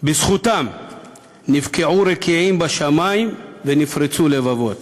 בזכותם נבקעו רקיעים בשמים ונפרצו לבבות.